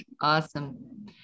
Awesome